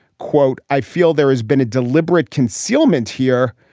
quote, i feel there has been a deliberate concealment here.